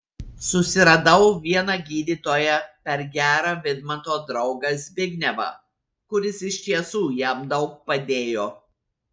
susiradau vieną gydytoją per gerą vidmanto draugą zbignevą kuris iš tiesų jam daug padėjo